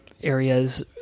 areas